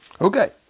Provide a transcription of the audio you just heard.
Okay